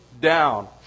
down